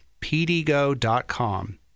pdgo.com